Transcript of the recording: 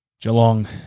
Geelong